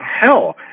hell